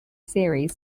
series